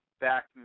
back